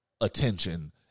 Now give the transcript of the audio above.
attention